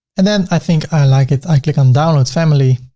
and then i think i like it, i click on download family,